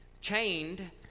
chained